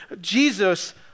Jesus